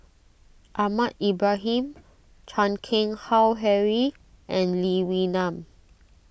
Ahmad Ibrahim Chan Keng Howe Harry and Lee Wee Nam